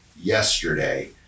yesterday